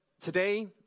today